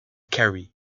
kerry